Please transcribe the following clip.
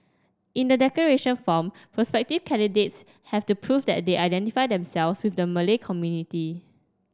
in the declaration form prospective candidates have to prove that they identify themselves with the Malay community